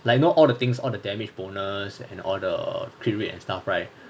like you know all the things all the damage bonus and all the crit rate and stuff right